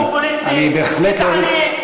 שימוש פופוליסטי, גזעני.